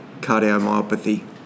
cardiomyopathy